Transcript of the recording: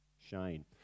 Shane